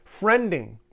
Friending